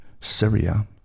Syria